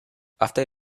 after